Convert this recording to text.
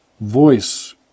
voice